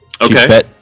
Okay